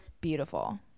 beautiful